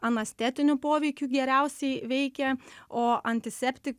anestetiniu poveikiu geriausiai veikia o antisepti